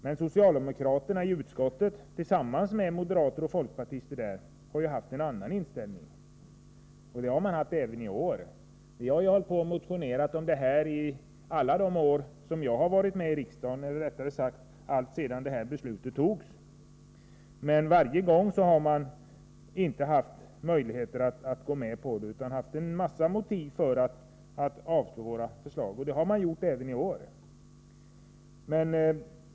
Men socialdemokraterna i utskottet har, tillsammans med moderaterna och folkpartisterna, haft en annan inställning — även i år. Vi har motionerat i denna fråga alltsedan beslutet fattades år 1979, men inte vid något tillfälle har man velat gå med på vårt förslag utan anfört en massa motiv för att avstyrka det — och det har man gjort även i år.